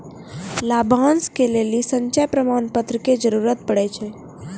लाभांश लै के लेली संचय प्रमाण पत्र के जरूरत पड़ै छै